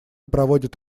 проводят